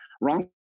wrong